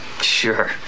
Sure